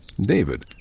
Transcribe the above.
David